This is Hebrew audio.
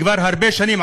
כבר הרבה שנים,